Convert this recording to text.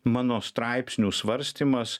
mano straipsnių svarstymas